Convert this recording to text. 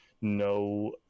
no